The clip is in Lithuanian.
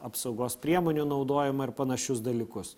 apsaugos priemonių naudojimą ir panašius dalykus